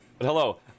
hello